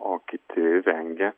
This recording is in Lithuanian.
o kiti vengia